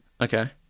Okay